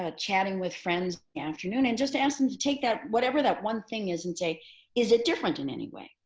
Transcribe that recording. ah chatting with friends afternoon and just ask them to take that, whatever that one thing isn't and say is it different in any way?